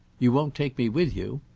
you won't take me with you?